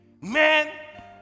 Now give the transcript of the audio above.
Man